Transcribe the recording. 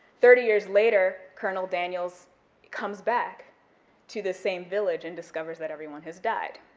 thirty years later, colonel daniels comes back to the same village and discovers that everyone has died.